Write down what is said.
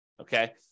okay